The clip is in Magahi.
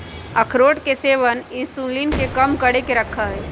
अखरोट के सेवन इंसुलिन के कम करके रखा हई